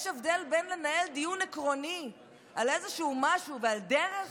יש הבדל בין לנהל דיון עקרוני על איזשהו משהו ועל דרך,